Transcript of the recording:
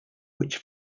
which